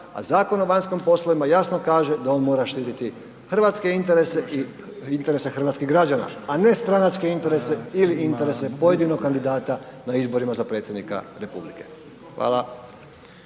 a Zakon o vanjskim poslovima jasno kaže da on mora štititi hrvatske interese i interese hrvatskih građana, a ne stranačke interese ili interese pojedinog kandidata na izborima za predsjednika RH. Hvala.